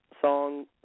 song